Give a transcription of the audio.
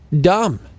dumb